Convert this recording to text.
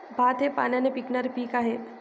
भात हे पाण्याने पिकणारे पीक आहे